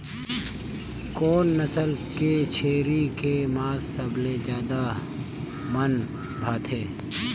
कोन नस्ल के छेरी के मांस सबले ज्यादा मन भाथे?